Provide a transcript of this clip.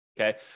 Okay